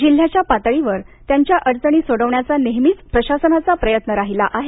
जिल्ह्याच्या पातळीवर त्यांच्या अडचणी सोडवण्याचा नेहमीच प्रशासनाचा प्रयत्न राहीला आहे